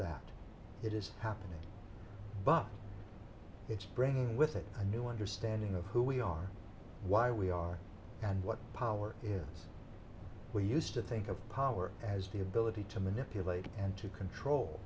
that it is happening but it's bringing with it a new understanding of who we are why we are and what power is we used to think of power as the ability to manipulate and to control